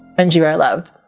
and you are loved.